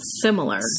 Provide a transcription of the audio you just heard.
Similar